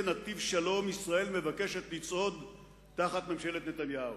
נתיב שלום ישראל מבקשת לצעוד תחת ממשלת נתניהו.